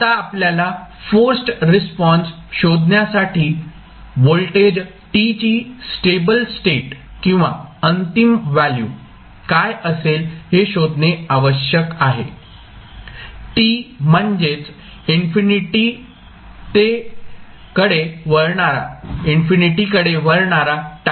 आता आपल्याला forced response शोधण्यासाठी व्होल्टेज t ची स्टेबल स्टेट किंवा अंतिम व्हॅल्यू काय असेल हे शोधणे आवश्यक आहे t म्हणजेच इन्फिनिटीतेकडे वळणारा टाईम आहे